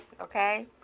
okay